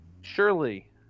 Surely